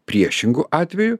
priešingu atveju